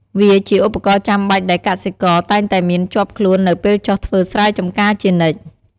វាជាឧបករណ៍ចាំបាច់ដែលកសិករតែងតែមានជាប់ខ្លួននៅពេលចុះធ្វើស្រែចម្ការជានិច្ច។